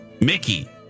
mickey